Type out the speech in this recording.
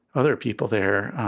other people. they're